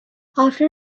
after